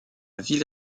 ville